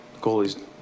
goalies